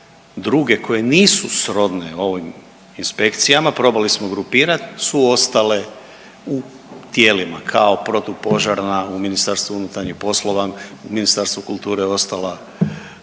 druge koje nisu srodne ovim inspekcijama, probali smo grupirat, su ostale u tijelima kao protupožarna u MUP-u, u Ministarstvu kulture je ostala